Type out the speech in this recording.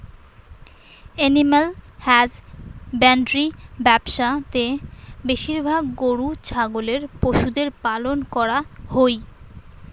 animal husbandry ব্যবসা তে বেশিরভাগ গরু ছাগলের পশুদের পালন করা হই